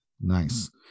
Nice